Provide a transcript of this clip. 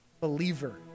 believer